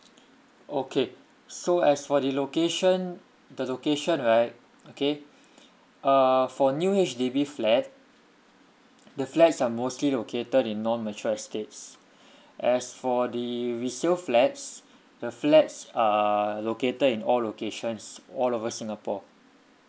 okay so as for the location the location right okay err for new H_D_B flat the flats are mostly located in non mature estates as for the resale flats the flats are located in all locations all over singapore